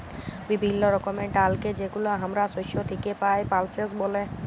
বিভিল্য রকমের ডালকে যেগুলা হামরা শস্য থেক্যে পাই, পালসেস ব্যলে